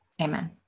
Amen